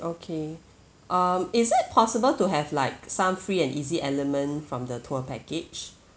okay um is it possible to have like some free and easy element from the tour package